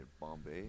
Bombay